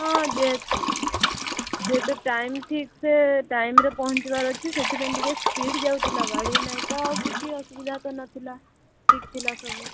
ହଁ ଯେ ଯେତେ ଟାଇମ୍ ଠିକ୍ସେ ଟାଇମ୍ରେ ପହଞ୍ଚିବାର ଅଛି ସେଥିପାଇଁ ଟିକେ ସ୍ପିଡ଼୍ ଯାଉଥୁଲା ଗାଡ଼ି ନାଇଁ ତ ଆଉ କିଛି ଅସୁବିଧା ତ ନଥିଲା ଠିକ୍ ଥିଲା ସବୁ